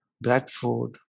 Bradford